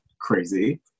crazy